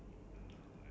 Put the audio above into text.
ya